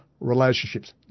relationships